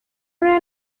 una